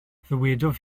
ddywedodd